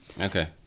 Okay